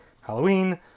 Halloween